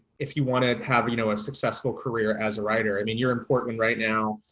if you wanted have, you know a successful career as a writer? i mean you're in portland right now.